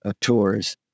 Tours